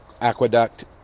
Aqueduct